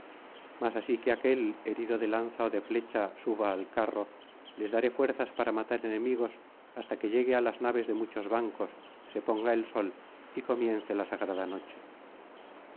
mas así que aquél herido de lanza ó de flecha suba al carro les daré fuerzas para matar enemigos hasta que llegue á las naves de muchos bancos se ponga el sol y comience la sagrada noche